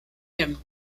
him